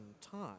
time